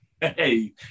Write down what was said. Hey